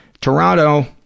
Toronto